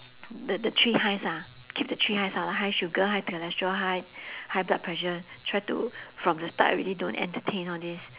the the three highs ah keep the three highs ah high sugar high cholesterol high high blood pressure try to from the start already don't entertain all this